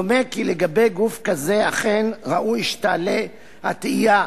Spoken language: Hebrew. דומה כי לגבי גוף כזה אכן ראוי שתעלה התהייה,